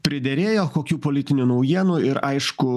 priderėjo kokių politinių naujienų ir aišku